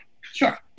sure